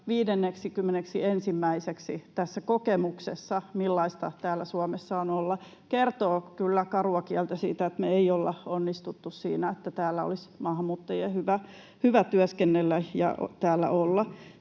tipuimme 53 maasta 51:nneksi tässä kokemuksessa, millaista täällä Suomessa on olla, kertoo kyllä karua kieltä siitä, että me ei olla onnistuttu siinä, että täällä olisi maahanmuuttajien hyvä työskennellä ja täällä olla.